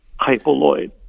hypoloid